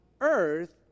earth